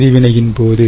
வேதி வினையின் போது